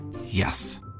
Yes